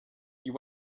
you